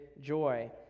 joy